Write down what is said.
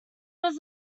was